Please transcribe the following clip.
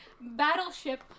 battleship